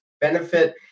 benefit